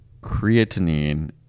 creatinine